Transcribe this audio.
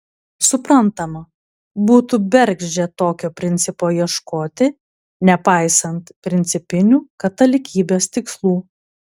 suprantama būtų bergždžia tokio principo ieškoti nepaisant principinių katalikybės tikslų